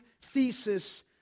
Thesis